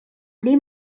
pli